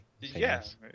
yes